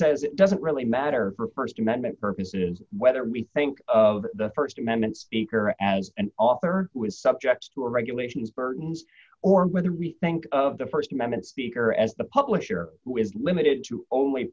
says it doesn't really matter for a st amendment purposes whether we think of the st amendment speaker as an author was subject to all regulations burdens or whether we think of the st amendment speaker as a publisher with limited to only